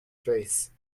face